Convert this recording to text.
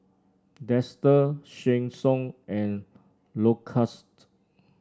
Dester Sheng Siong and Lacoste